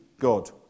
God